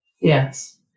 Yes